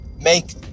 Make